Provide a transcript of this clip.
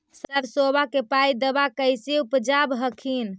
सरसोबा के पायदबा कैसे उपजाब हखिन?